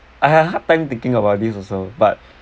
I have a hard time thinking about this also but